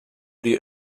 die